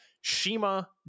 Shima